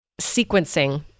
sequencing